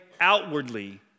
outwardly